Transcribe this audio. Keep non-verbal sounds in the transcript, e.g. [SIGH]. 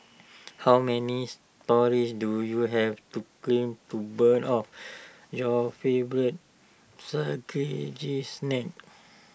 how many storeys do you have to climb to burn off your favourite [UNINTELLIGIBLE] snacks